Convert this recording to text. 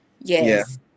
Yes